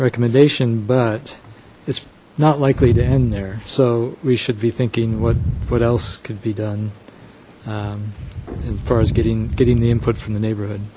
recommendation but it's not likely to end there so we should be thinking what what else could be done as far as getting getting the input from the neighborhood